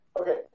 Okay